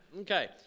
Okay